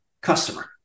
customer